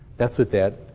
that's what that